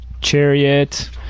Chariot